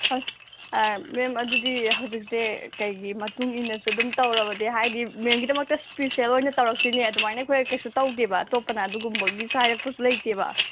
ꯑꯁ ꯃꯦꯝ ꯑꯗꯨꯗꯤ ꯍꯧꯖꯤꯛꯁꯦ ꯀꯩꯒꯤ ꯃꯇꯨꯡ ꯏꯟꯅꯁꯨ ꯑꯗꯨꯝ ꯇꯧꯔꯕꯗꯤ ꯍꯥꯏꯗꯤ ꯃꯦꯝꯒꯤꯗꯃꯛꯇ ꯏꯁꯄꯤꯁꯦꯜ ꯑꯣꯏꯅ ꯇꯧꯔꯛꯇꯣꯏꯅꯦ ꯑꯗꯨꯃꯥꯏꯅ ꯑꯩꯈꯣꯏ ꯀꯩꯁꯨ ꯇꯧꯗꯦꯕ ꯑꯇꯣꯞꯄꯅ ꯑꯗꯨꯒꯨꯝꯕꯒꯤ ꯍꯥꯏꯔꯛꯄꯁꯨ ꯂꯩꯇꯦꯕ